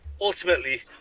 ultimately